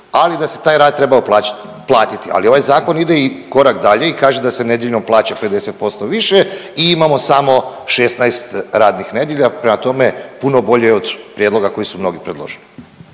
ali da se taj rad trebao plaćati, platiti, ali ovaj zakon ide i korak dalje i kaže da se nedjeljom plaća 50% više i imamo samo 16 radnih nedjelja. Prema tome, puno bolje od prijedloga koji su mnogi predložili.